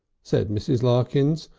said mrs. larkins,